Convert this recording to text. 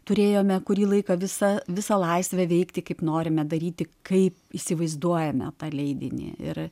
turėjome kurį laiką visa visą laisvę veikti kaip norime daryti kai įsivaizduojame tą leidinį ir